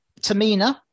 Tamina